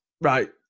Right